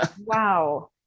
Wow